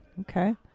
Okay